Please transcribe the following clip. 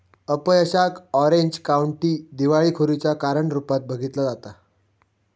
अपयशाक Orange County दिवाळखोरीच्या कारण रूपात बघितला जाता